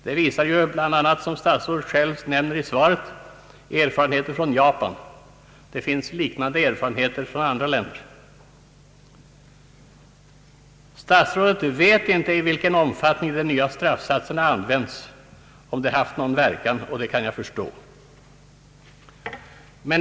Det visar bl.a. — som statsrådet själv nämner i svaret till mig — erfarenheter från Japan. Det finns liknande erfarenheter från andra länder. Statsrådet vet inte i vilken omfattning de nya straffsatserna använts och om de haft någon verkan. Det kan jag väl förstå.